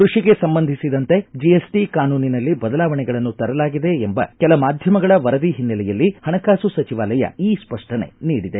ಕೃಷಿಗೆ ಸಂಬಂಧಿಸಿದಂತೆ ಜಿಎಸ್ಟಿ ಕಾನೂನಿನಲ್ಲಿ ಬದಲಾವಣೆಗಳನ್ನು ತರಲಾಗಿದೆ ಎಂಬ ಕೆಲ ಮಾಧ್ಯಮಗಳ ವರದಿ ಹಿನ್ನೆಲೆಯಲ್ಲಿ ಹಣಕಾಸು ಈ ಸಚಿವಾಲಯ ಸ್ಪಷ್ಟನೆ ನೀಡಿದೆ